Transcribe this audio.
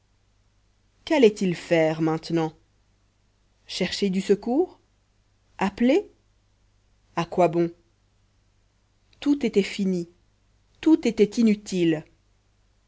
crapules qu'allait-il faire maintenant chercher du secours appeler à quoi bon tout était fini tout était inutile